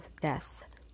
death